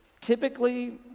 typically